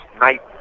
Night